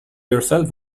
yourself